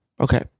Okay